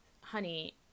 honey